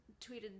tweeted